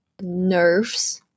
nerves